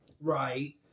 Right